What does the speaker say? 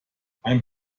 ein